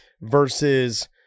versus